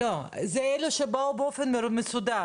עובדים על זה עכשיו בזמן שאנחנו מדברים.